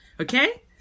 okay